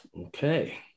Okay